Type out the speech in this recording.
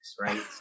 right